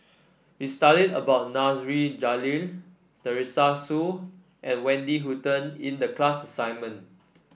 we studied about Nasir Jalil Teresa Hsu and Wendy Hutton in the class assignment